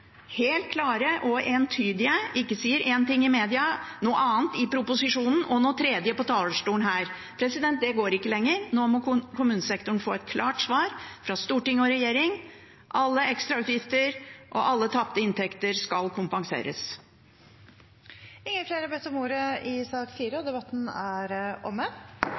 helt klar og entydig og ikke sier én ting i media, noe annet i proposisjonen og det tredje på talerstolen her. Det går ikke lenger. Nå må kommunesektoren få et klart svar fra storting og regjering: Alle ekstrautgifter og alle tapte inntekter skal kompenseres. Flere har ikke bedt om ordet til sak nr. 4. Etter ønske fra justiskomiteen vil presidenten ordne debatten